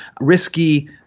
risky